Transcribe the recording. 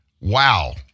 Wow